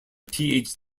phd